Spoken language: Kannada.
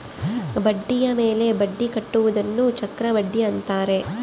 ಬಡ್ಡಿಯ ಮೇಲೆ ಬಡ್ಡಿ ಕಟ್ಟುವುದನ್ನ ಚಕ್ರಬಡ್ಡಿ ಅಂತಾರೆ